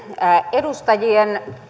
edustajien